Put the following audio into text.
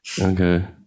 Okay